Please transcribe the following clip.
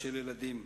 של ילדים.